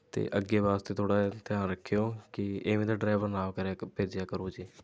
ਅਤੇ ਅੱਗੇ ਵਾਸਤੇ ਥੋੜ੍ਹਾ ਜਿਹਾ ਧਿਆਨ ਰੱਖਿਓ ਕਿ ਇਵੇਂ ਤਾਂ ਡਰਾਈਵਰ ਨਾ ਕਰਿਆ ਕ ਭੇਜਿਆ ਕਰੋ ਜੀ